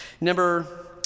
Number